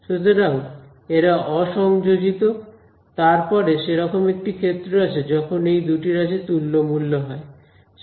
সুতরাং এরা অসংযোজিত তারপরে সেরকম একটি ক্ষেত্র আসে যখন এই দুটি রাশি তুল্যমূল্য হয়